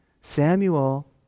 Samuel